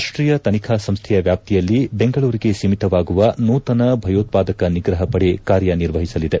ರಾಷ್ಟೀಯ ತನಿಖಾ ಸಂಸ್ಥೆಯ ವ್ಯಾಪ್ತಿಯಲ್ಲಿ ಬೆಂಗಳೂರಿಗೆ ಸೀಮಿತವಾಗುವ ನೂತನ ಭಯೋತ್ಪಾದಕ ನಿಗ್ರಪ ಪಡೆ ಕಾರ್ಯ ನಿರ್ವಹಿಸಲಿದೆ